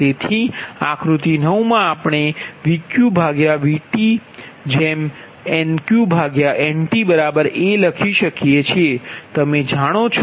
તેથી આકૃતિ 9 માં આપણે Vq VtNq Nt a લખી શકીએ છીએ તમે જાણો છો